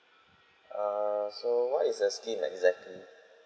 err so what is the scheme exactly